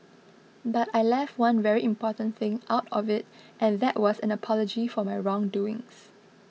but I left one very important thing out of it and that was an apology for my wrong doings